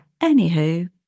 Anywho